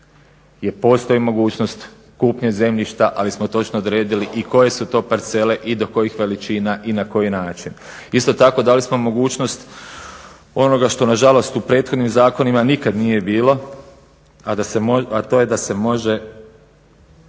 gdje postoji mogućnost kupnje zemljišta, ali smo točno odredili i koje su to parcele i do kojih veličina i na koji način. Isto tako dali smo mogućnost onoga što nažalost u prethodnim zakonima nikad nije bilo, a to je da se može